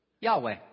Yahweh